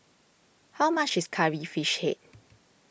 how much is Curry Fish Head